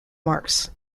marks